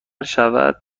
شود